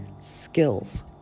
skills